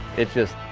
it's just.